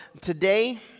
today